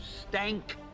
stank